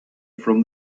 from